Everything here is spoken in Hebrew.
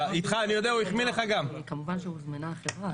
איתך אני יודע, הוא החמיא לך גם.